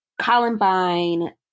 Columbine